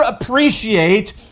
appreciate